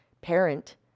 parent